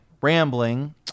rambling